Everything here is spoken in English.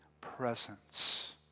presence